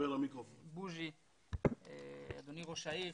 אדוני ראש העיר,